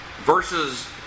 versus